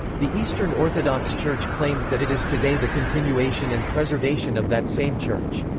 the eastern orthodox church claims that it is today the continuation and preservation of that same church.